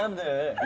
um the